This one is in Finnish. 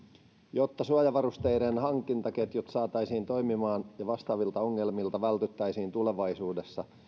jotta suojavarusteiden hankintaketjut saataisiin toimimaan ja vastaavilta ongelmilta vältyttäisiin tulevaisuudessa